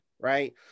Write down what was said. Right